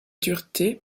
dureté